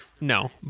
no